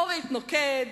אורית נוקד,